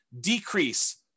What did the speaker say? decrease